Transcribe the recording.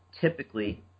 typically